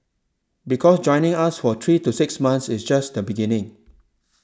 because joining us for three to six months is just the beginning